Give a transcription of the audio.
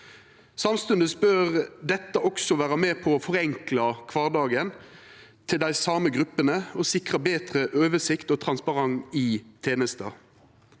Samstundes bør dette også vera med på å forenkla kvardagen til dei same gruppene og sikra betre oversikt og transparens i tenesta.